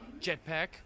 jetpack